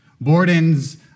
Borden's